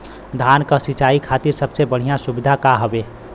धान क सिंचाई खातिर सबसे बढ़ियां सुविधा का हवे?